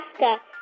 Alaska